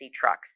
trucks